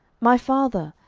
my father,